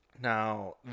Now